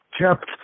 kept